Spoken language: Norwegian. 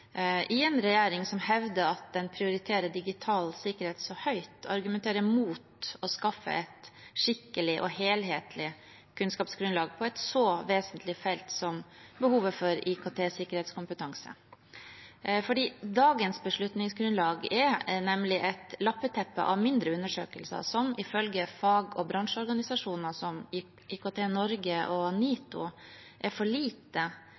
i en regjering som hevder at den prioriterer digital sikkerhet så høyt, argumenterer mot å skaffe et skikkelig og helhetlig kunnskapsgrunnlag på et så vesentlig felt som behovet for IKT-sikkerhetskompetanse. Dagens beslutningsgrunnlag er nemlig et lappeteppe av mindre undersøkelser, som ifølge fag- og bransjeorganisasjoner som IKT-Norge og NITO er for lite